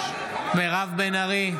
נגד מירב בן ארי,